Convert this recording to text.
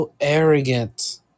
arrogant